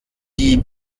die